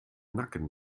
nacken